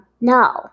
No